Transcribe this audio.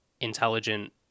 intelligent